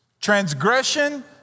Transgression